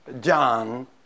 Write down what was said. John